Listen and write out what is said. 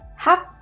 Half